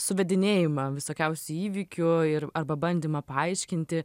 suvedinėjimą visokiausių įvykių ir arba bandymą paaiškinti